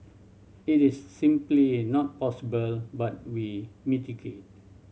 it is simply not possible but we mitigate